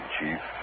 Chief